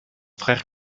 frère